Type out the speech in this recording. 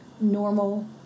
normal